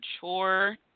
chore